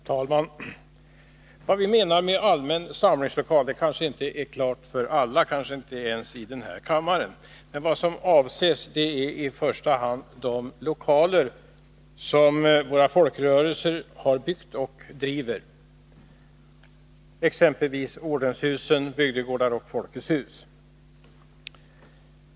Herr talman! Vad som menas med allmän samlingslokal är kanske inte klart för alla — ens i denna kammare. I första hand avses de lokaler som våra folkrörelser har byggt och driver, exempelvis ordenshusen, bygdegårdar och Folkets hus.